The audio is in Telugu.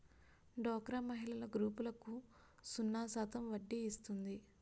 డోక్రా మహిళల గ్రూపులకు సున్నా శాతం వడ్డీ ఇస్తుంది